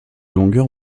longueur